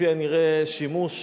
כפי הנראה, שימוש